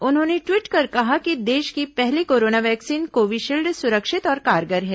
उन्होंने ट्वीट कर कहा कि देश की पहली कोरोना वैक्सीन कोविशील्ड सुरक्षित और कारगर है